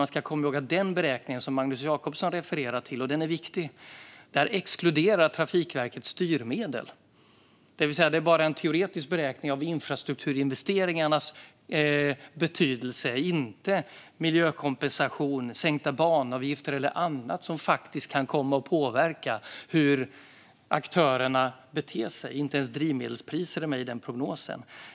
Man ska komma ihåg att i den beräkning som Magnus Jacobsson hänvisar till - den är viktig - exkluderar Trafikverket styrmedel. Det vill säga att det bara är en teoretisk beräkning av infrastrukturinvesteringarnas betydelse, utan hänsyn till miljökompensation, sänkta banavgifter eller annat som kan komma att påverka hur aktörerna beter sig. Inte ens drivmedelspriserna är med i den prognosen.